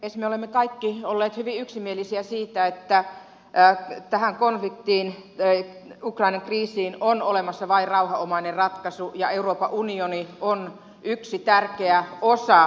me olemme kaikki olleet hyvin yksimielisiä siitä että tähän konfliktiin ukrainan kriisiin on olemassa vain rauhanomainen ratkaisu ja euroopan unioni on yksi tärkeä osa tätä